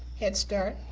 head start,